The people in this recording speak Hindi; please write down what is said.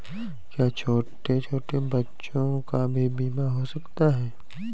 क्या छोटे छोटे बच्चों का भी बीमा हो सकता है?